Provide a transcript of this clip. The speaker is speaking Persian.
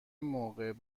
موقع